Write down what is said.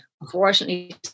unfortunately